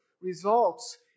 results